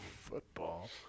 football